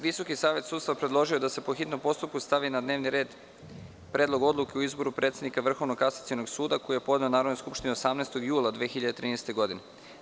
Visoki savet sudstva predložio je da se po hitnom postupku stavi na dnevni red Predlog odluke o izboru predsednika Vrhovnog kasacionog suda, koji je podneo Narodnoj skupštini 18. jula 2013. godine.